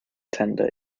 tender